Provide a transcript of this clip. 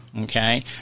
okay